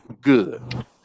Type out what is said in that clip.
good